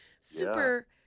super